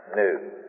news